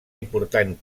important